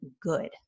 good